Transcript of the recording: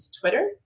Twitter